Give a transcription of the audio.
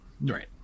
Right